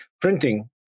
printing